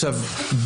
עכשיו,